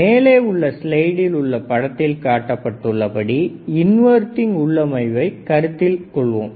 மேலே உள்ள ஸ்லைடில் உள்ள படத்தில் காட்டப்பட்டுள்ளபடி இன்வர்டிங் உள்ளமைவை கருத்தில் கொள்வோம்